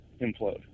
implode